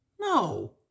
No